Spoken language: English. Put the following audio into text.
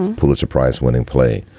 and pulitzer prize winning play,